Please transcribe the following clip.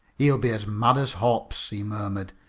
he'll be as mad as hops, he murmured,